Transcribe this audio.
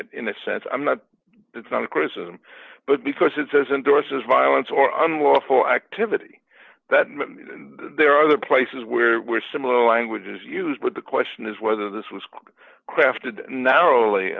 it in a sense i'm not it's not a criticism but because it says endorses violence or unlawful activity that there are other places where we're similar language is used but the question is whether this was crafted narrowly